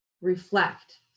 Reflect